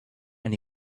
and